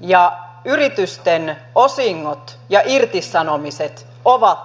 ja yritysten osingot ja irtisanomiset ovat tätä päivää